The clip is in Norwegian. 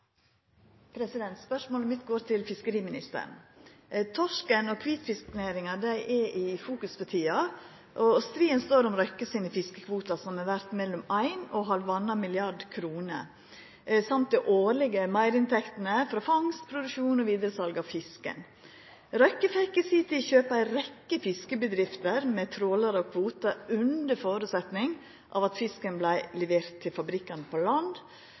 i fokus for tida. Striden står om Røkke sine fiskekvotar, som er verdt mellom 1 mrd. kr og 1,5 mrd. kr samt dei årlege meirinntektene frå fangst, produksjon og vidaresal av fisken. Røkke fekk i si tid kjøpa ei rekkje fiskebedrifter med trålarar og kvotar under føresetnad av at fisken vart levert til fabrikkane på land,